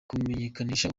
kumenyekanisha